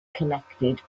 collected